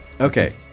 Okay